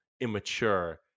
immature